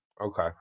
Okay